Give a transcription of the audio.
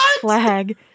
flag